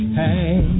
hey